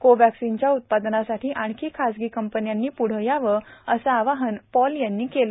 कोवॅक्सिनच्या उत्पादनासाठी आणखी खाजगी कंपन्यांनी प्ढं यावं असं आवाहन पॉल यांनी केलं